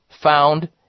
found